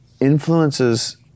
influences